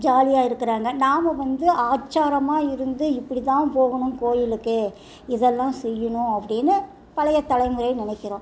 ஜாலியாக இருக்கிறாங்க நாம் வந்து ஆச்சாரமாக இருந்து இப்படிதான் போகணும் கோயிலுக்கு இதெல்லாம் செய்யணும் அப்படின்னு பழைய தலைமுறை நினைக்குறோம்